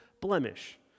blemish